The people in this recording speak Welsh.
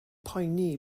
poeni